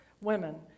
women